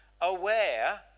aware